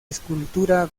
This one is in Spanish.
escultura